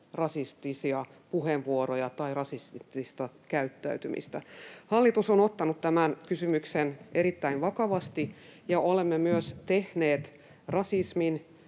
rasistisia puheenvuoroja tai rasistista käyttäytymistä. Hallitus on ottanut tämän kysymyksen erittäin vakavasti, ja olemme myös tehneet